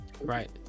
Right